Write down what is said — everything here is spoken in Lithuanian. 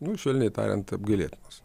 nu švelniai tariant apgailėtinos